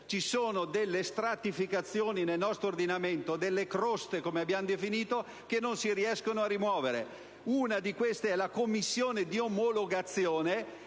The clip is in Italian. Ci sono delle stratificazioni nel nostro ordinamento, delle croste come le abbiamo definite, che non si riesce a rimuovere: una di queste è la commissione di omologazione,